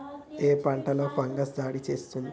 ఏ పంటలో ఫంగస్ దాడి చేస్తుంది?